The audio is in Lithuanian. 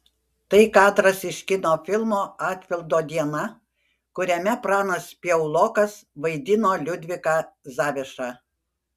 tai kadras iš kino filmo atpildo diena kuriame pranas piaulokas vaidino liudviką zavišą